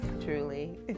truly